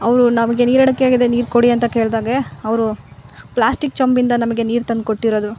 ಅವರು ನಮಗೆ ನೀರಡ್ಕೆ ಆಗಿದೆ ನೀರು ಕೊಡಿ ಅಂತ ಕೇಳ್ದಾಗೆ ಅವರು ಪ್ಲಾಸ್ಟಿಕ್ ಚೊಂಬಿಂದ ನಮಗೆ ನೀರು ತಂದು ಕೊಟ್ಟಿರೋದು